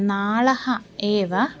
नालः एव